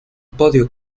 podio